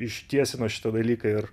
ištiesino šitą dalyką ir